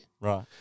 Right